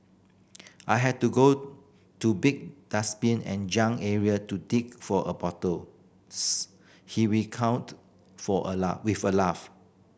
I had to go to big dustbin and junk area to dig for a bottle he recounted for a with a laugh